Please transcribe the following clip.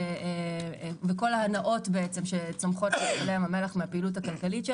כל ההנאות שצומחות למפעלי ים המלח מהפעילות הכלכלית.